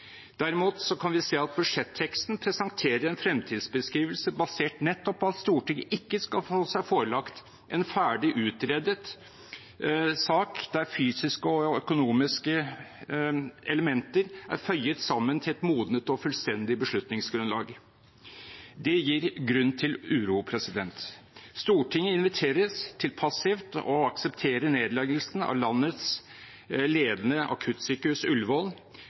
Derimot kan vi se at budsjetteksten presenterer en fremtidsbeskrivelse basert nettopp på at Stortinget ikke skal få seg forelagt en ferdig utredet sak, der fysiske og økonomiske elementer er føyet sammen til et modnet og fullstendig beslutningsgrunnlag. Det gir grunn til uro. Stortinget inviteres til passivt å akseptere nedleggelsen av landets ledende akuttsykehus,